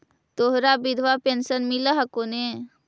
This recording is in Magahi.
तोहरा विधवा पेन्शन मिलहको ने?